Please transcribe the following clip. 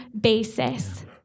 basis